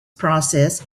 process